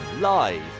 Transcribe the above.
live